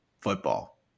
football